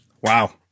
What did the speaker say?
Wow